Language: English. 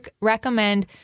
recommend